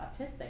autistic